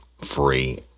free